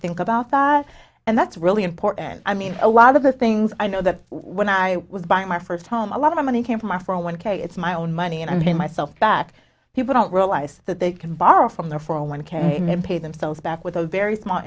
think about that and that's really important i mean a lot of the things i know that when i was buying my first home a lot of money came from i for one k it's my own money and i'm to myself that people don't realize that they can borrow from their for a one k name pay themselves back with a very sma